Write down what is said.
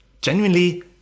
genuinely